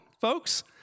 folks